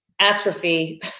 atrophy